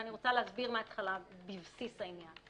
ואני רוצה להסביר מההתחלה בבסיס העניין.